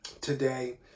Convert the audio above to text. today